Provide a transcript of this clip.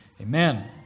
Amen